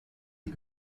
die